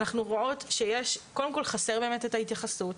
אנחנו רואות שקודם כל חסרה באמת את ההתייחסות.